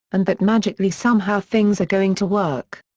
and that magically somehow things are going to work.